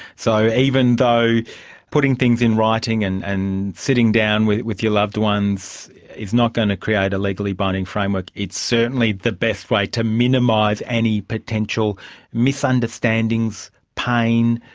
so even though putting things in writing and and sitting down with with your loved ones is not going to create a legally binding framework, it is certainly the best way to minimise any potential misunderstandings, pain,